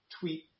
tweet